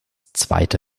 zweite